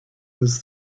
was